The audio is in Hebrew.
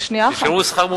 ישלמו שכר מומחה.